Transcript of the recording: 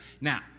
Now